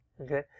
okay